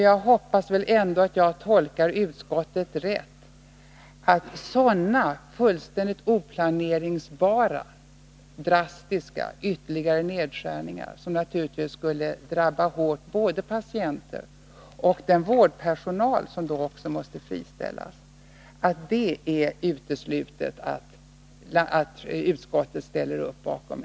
Jag hoppas att jag tolkar utskottet rätt när jag säger att sådana oplanerbara, drastiska, ytterligare nedskärningar — som naturligtvis hårt drabbar både patienter och den övriga vårdpersonal som då måste friställas — inte får accepteras, att det är uteslutet att utskottet ställer upp på det.